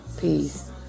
Peace